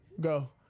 Go